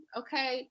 okay